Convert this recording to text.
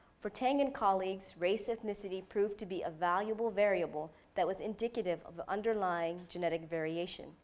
for teng and colleagues, race ethnicity proved to be a valuable variable that was indicative of underlying genetic variation.